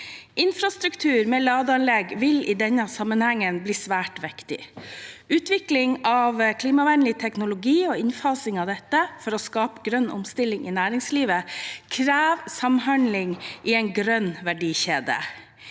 Infrastruktur med ladeanlegg vil i denne sammenhengen bli svært viktig. Utvikling av klimavennlig teknologi og innfasing av dette for å skape grønn omstilling i næringslivet krever samhandling i en grønn verdikjede.